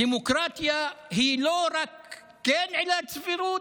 דמוקרטיה היא לא רק עילת סבירות,